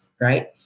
right